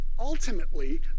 ultimately